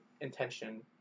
intention